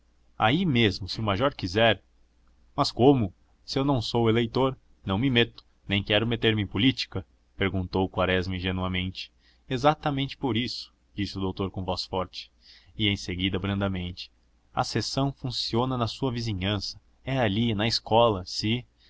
aí mesmo se o major quiser mas como se eu não sou eleitor não me meto nem quero meter-me em política perguntou quaresma ingenuamente exatamente por isso disse o doutor com voz forte e em seguida brandamente a seção funciona na sua vizinhança é ali na escola se